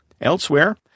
Elsewhere